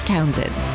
Townsend